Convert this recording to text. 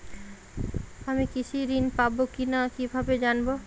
আমি কৃষি ঋণ পাবো কি না কিভাবে জানবো?